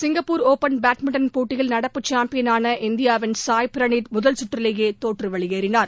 Singapore open badminton போட்டியில் நடப்பு சாம்பியனான இந்தியாவின் சாய் பிரனீத் முதல் சுற்றிலேயே தோற்று வெளியேறினார்